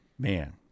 Man